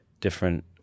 different